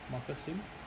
marcus sim